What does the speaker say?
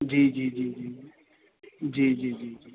जी जी जी जी जी जी जी